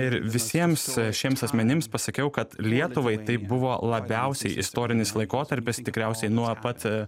ir visiems šiems asmenims pasakiau kad lietuvai tai buvo labiausiai istorinis laikotarpis tikriausiai nuo pat